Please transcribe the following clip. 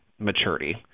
maturity